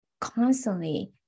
constantly